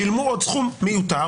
שילמו עוד סכום מיותר.